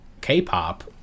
k-pop